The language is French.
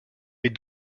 est